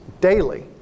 daily